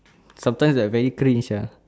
sometimes I very cringe ah